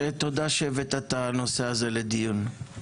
תודה שהבאת את הנושא הזה לדיון,